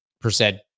percent